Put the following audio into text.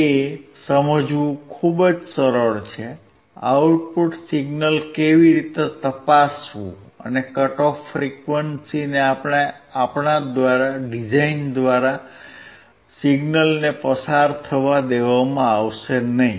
તે સમજવું ખૂબ જ સરળ છે આઉટપુટ સિગ્નલ કેવી રીતે તપાસવું અને કટ ઓફ ફ્રીક્વન્સીએ આપણા દ્વારા ડિઝાઇન કરેલી સિગ્નલને પસાર થવા દેવામાં આવશે નહીં